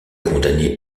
condamnés